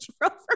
Rover